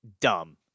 Dumb